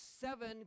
seven